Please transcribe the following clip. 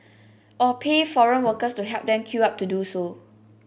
or pay foreign workers to help them queue up to do so